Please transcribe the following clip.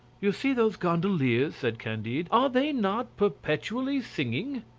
you see those gondoliers, said candide, are they not perpetually singing?